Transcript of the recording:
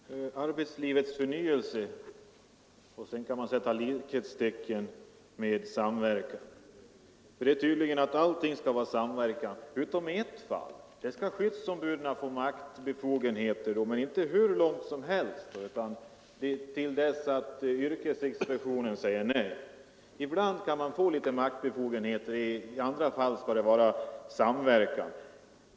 Herr talman! Arbetslivets förnyelse är tydligen lika med samverkan. Allting skall vara samverkan, utom i ett fall: skyddsombuden skall få maktbefogenheter, men dessa skall inte sträcka sig hur långt som helst utan bara tills yrkesinspektionen säger nej. Ibland kan det finnas litet maktbefogenheter, i andra fall skall det vara samverkan.